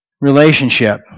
relationship